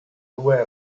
due